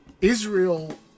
Israel